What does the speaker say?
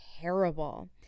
terrible